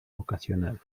ocasional